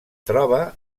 troba